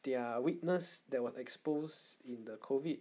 their weakness that was exposed in the COVID